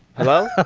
hello?